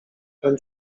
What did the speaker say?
ten